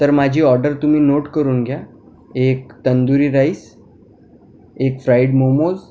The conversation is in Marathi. तर माझी ऑर्डर तुम्ही नोट करून घ्या एक तंदुरी राईस एक फ्राईड मोमोज